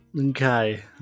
Okay